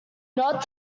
not